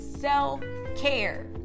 self-care